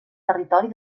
territori